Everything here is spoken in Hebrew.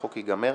החוק ייגמר,